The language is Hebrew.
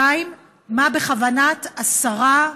2. מה בכוונת השרה,